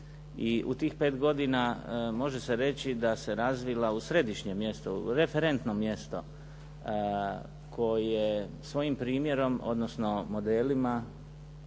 i u tih 5 godina može se reći da se razvila u središnjem mjestu, referentno mjesto koje svojim primjerom, odnosno modelima